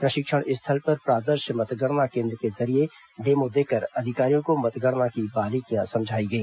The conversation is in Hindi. प्रशिक्षण स्थल पर प्रादर्श मतगणना केंद्र के जरिये डेमो देकर अधिकारियों को मतगणना की बारीकियां समझाई गई